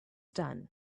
done